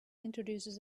introduces